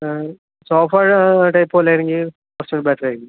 sofa ആ ആ type വല്ലതും ആണെങ്കിൽ കുറച്ച് ബെറ്റർ ആയിരിക്കും